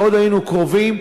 מאוד היינו קרובים,